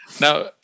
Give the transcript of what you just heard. Now